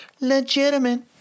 legitimate